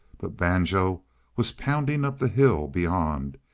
but banjo was pounding up the hill beyond,